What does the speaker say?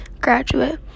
graduate